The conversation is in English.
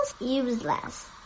useless